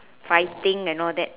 fighting and all that